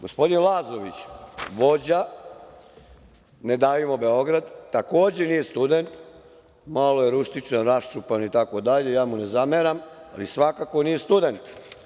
Gospodin Lazović, vođa, „Ne davimo Beograd“, takođe nije student, malo je rustičan, raščupan itd, ne zameram mu, ali svakako nije student.